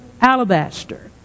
Alabaster